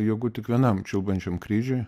jėgų tik vienam čiulbančiam kryžiui